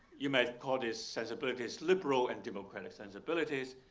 you may call these sensibilities liberal and democratic sensibilities,